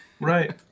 Right